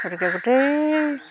গতিকে গোটেই